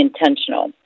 intentional